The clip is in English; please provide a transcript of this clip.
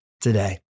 today